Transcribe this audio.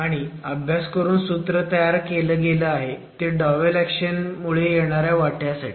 आणि अभ्यास करून सूत्र तयार केलं आहे ते डॉवेल ऍक्शन मुळे येणाऱ्या वाट्यासाठी